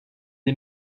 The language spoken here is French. les